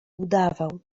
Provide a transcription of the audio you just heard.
udawał